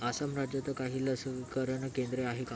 आसाम राज्यात काही लसीकरण केंद्रे आहे का